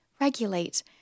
regulate